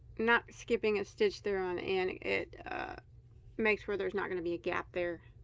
not skipping a stitch there on and it makes where there's not going to be a gap there